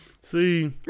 See